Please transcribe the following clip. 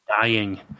dying